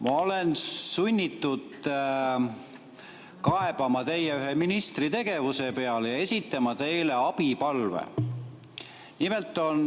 Ma olen sunnitud kaebama teie ühe ministri tegevuse peale ja esitama teile abipalve. Nimelt on